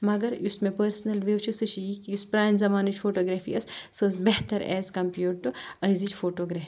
مَگر یُس مےٚ پٔرسنل وِیِو سُہ چھِ یہِ کہِ پرانہِ زَمانٕچ فوٹوگرافی ٲس سۄ ٲس بہتر ایز کَمپیِٲڈ ٹُو أزِچ فوٹوگرافی